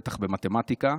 בטח במתמטיקה.